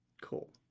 Cool